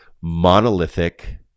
monolithic